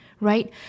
right